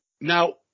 Now